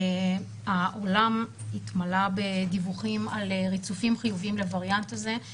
העולם התמלא בדיווחים על ריצופים חיוביים לווריאנט הזה.